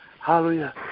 Hallelujah